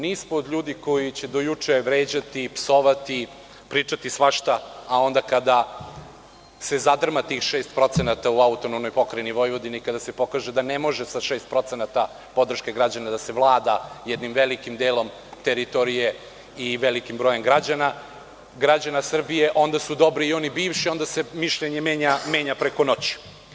Nismo od ljudi koji će do juče vređati i psovati i pričati svašta, a onda kada se zadrma tih 6% u AP Vojvodina, kada se pokaže da ne može sa 6% podrške građana da se vlada jednim velikim delom teritorije i velikim brojem građana Srbije, onda su dobri i oni bivši i onda se mišljenje menja preko noći.